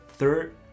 third